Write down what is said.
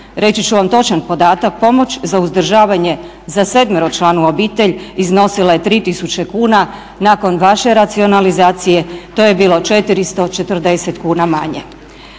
reći ću vam točan podatak, pomoć za uzdržavanje za sedmeročlanu obitelj iznosila je 3.000 kuna, nakon vaše racionalizacije, to je bilo 440 kuna manje.